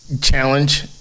challenge